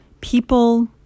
people